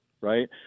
Right